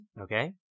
Okay